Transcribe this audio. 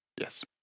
Yes